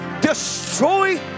destroy